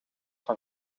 van